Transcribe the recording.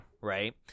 Right